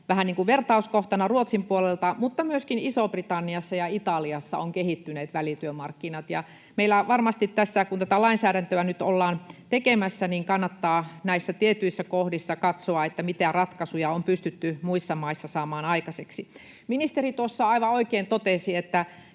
vähän niin kuin vertauskohtana Ruotsin puolelta — mutta myöskin Isossa-Britanniassa ja Italiassa on kehittyneet välityömarkkinat. Meillä varmasti tässä, kun tätä lainsäädäntöä nyt ollaan tekemässä, kannattaa tietyissä kohdissa katsoa, mitä ratkaisuja on pystytty muissa maissa saamaan aikaiseksi. Ministeri tuossa aivan oikein totesi, että